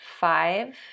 five